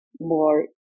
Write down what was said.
more